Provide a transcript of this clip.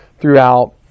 throughout